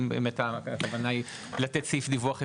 אם הכוונה היא לתת סעיף דיווח אפקטיבי.